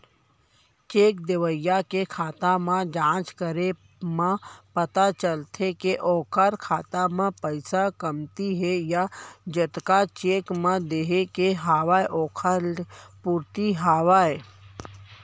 cheque देवइया के खाता म जाँच करे म पता चलथे के ओखर खाता म पइसा कमती हे या जतका चेक म देय के हवय ओखर पूरति हवय